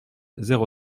zéro